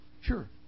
Sure